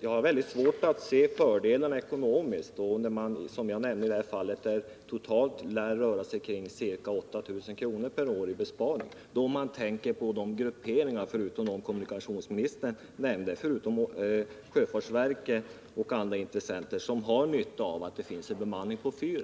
Jag har väldigt svårt att se de ekonomiska fördelarna, när besparingen i det här fallet totalt rör sig om ca 8 000 kr. per år. Förutom de organ kommunikationsministern nämnde finns det många grupperingar som har nytta av att fyren är bemannad.